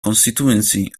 constituency